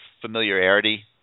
familiarity